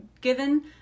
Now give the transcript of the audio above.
given